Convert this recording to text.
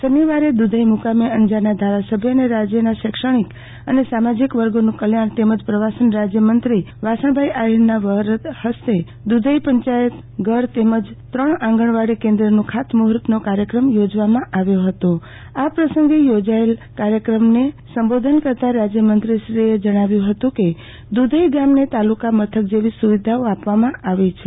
શનિવારે દુધઇ મુકામે અંજારના ધારાસભ્ય અને રાજયના શૈક્ષણિક અને સામાજિક વર્ગોનું કલ્યાણ તેમજ પ્રવાસન રાજયમંત્રીશ્રી વાસણભાઇ આહિરના વરદ હસ્તે દુધઇ પંચાયત ઘર તેમજ ત્રણ આંગણવાડી કેન્દ્રનું ખાતમૂ ફ ર્તનો કાર્યક્રમ યોજવામાં આવ્યો હતો આ પ્રસંગે યોજાયેલ જાહેરસભાને સંબોધન કરતા રાજયમંત્રીશ્રીએ જણાવ્યું હતું કે દુધઇ ગામને તાલુકા મથક જેવી સુવિધાઓ આપવામાં આવી છે